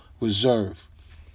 reserve